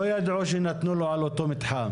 לא ידעו שנתנו לו על אותו מתחם.